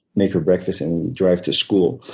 make her breakfast and drive to school.